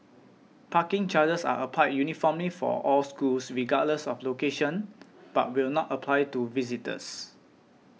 parking charges are applied uniformly for all schools regardless of location but will not apply to visitors